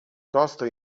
costo